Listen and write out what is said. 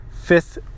fifth